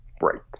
Right